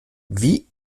wie